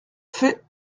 fais